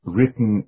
Written